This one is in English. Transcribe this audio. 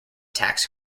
tax